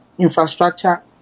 infrastructure